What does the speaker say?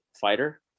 fighter